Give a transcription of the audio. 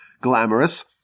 glamorous